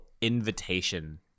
invitation